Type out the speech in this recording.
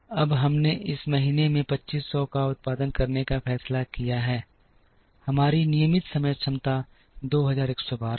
अब हमने इस महीने में 2500 का उत्पादन करने का फैसला किया है हमारी नियमित समय क्षमता 2112 है